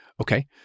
okay